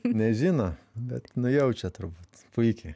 nežino bet nujaučia turbūt puikiai